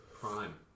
prime